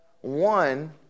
One